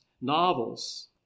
novels